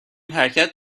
حرکت